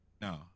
No